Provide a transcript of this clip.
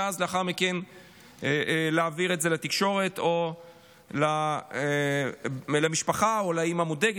ולאחר מכן להעביר את זה לתקשורת או למשפחה או לאימא מודאגת.